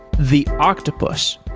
the octopus,